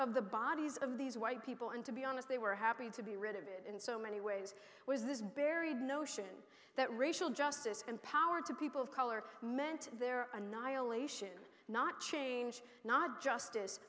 of the bodies of these white people and to be honest they were happy to be rid of it in so many ways was this buried notion that racial justice and power to people of color meant their annihilation not change not justice